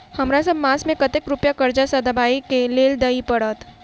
हमरा सब मास मे कतेक रुपया कर्जा सधाबई केँ लेल दइ पड़त?